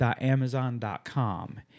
Amazon.com